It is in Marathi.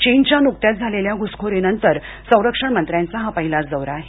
चीनच्या नुकत्याच झालेल्या घुसखोरी नंतर संरक्षण मंत्र्यांचा हा पहिलाच दौरा आहे